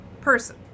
person